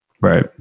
Right